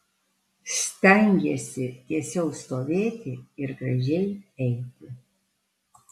stengiesi tiesiau stovėti ir gražiai eiti